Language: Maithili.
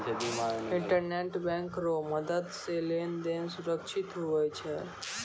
इंटरनेट बैंक रो मदद से लेन देन सुरक्षित हुवै छै